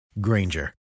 Granger